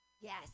Yes